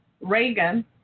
Reagan